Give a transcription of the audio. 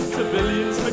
Civilians